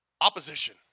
opposition